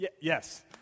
Yes